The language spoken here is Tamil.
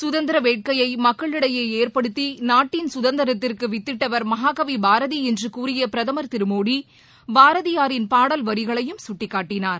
குதந்திரவேட்கையைமக்களிடையேஏற்படுத்தி நாட்டின் சுதந்திரத்திற்குவித்திட்டவர் மகாகவிபாரதிஎன்றுகூறியபிரதுமர் திருமோடி பாரதியாரின் பாடல் வரிகளையும் சுட்டிக்காட்டினார்